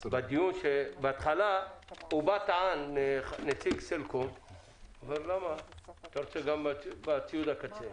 בהתחלה שאל נציג סלקום למה רוצים להוסיף גם את ההכנסות מציוד הקצה.